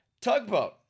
Tugboat